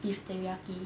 beef teriyaki